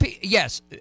yes